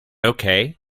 okay